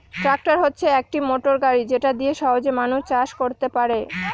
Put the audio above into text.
tractor হচ্ছে একটি motor গাড়ি যেটা দিয়ে সহজে মানুষ চাষ করতে পারে